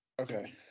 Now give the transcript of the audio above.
okay